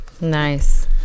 nice